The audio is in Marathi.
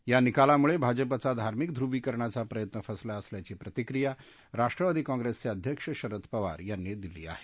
या निकालांमुळे भाजपचा धार्मिक ध्रवीकरणाचा प्रयत्न फसला असल्याची प्रतिक्रीया राष्ट्रवादी काँग्रेसचे अध्यक्ष शरद पवार यांनी दिली आहे